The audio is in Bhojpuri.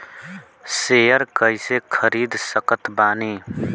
शेयर कइसे खरीद सकत बानी?